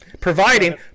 providing